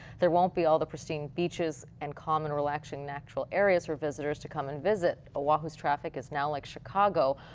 there won't be all the pristine beaches and common relaxing natural areas for visitors to come and visit. oahu's traffic is now like chicago.